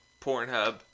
Pornhub